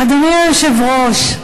אדוני היושב-ראש,